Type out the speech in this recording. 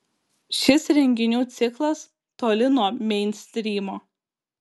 šis renginių ciklas toli nuo meinstrymo